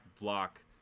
block